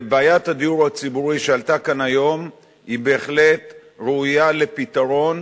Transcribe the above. ובעיית הדיור הציבורי שעלתה כאן היום היא בהחלט ראויה לפתרון,